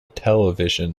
television